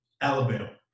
Alabama